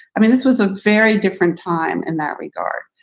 i mean, this was a very different time in that regard.